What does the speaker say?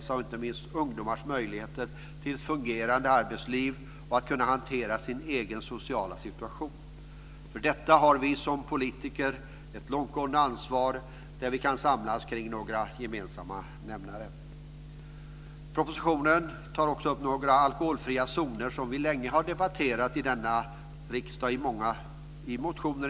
Det gäller inte minst ungdomars möjligheter till ett fungerande arbetsliv och deras möjligheter att hantera sin egen sociala situation. För detta har vi som politiker ett långtgående ansvar där vi kan samlas kring några gemensamma nämnare. Propositionen tar också upp några alkoholfria zoner som vi länge har debatterat här i riksdagen i motioner.